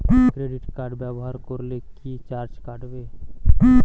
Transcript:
Credit card ব্যাবহার করলে কি চার্জ কাটবে?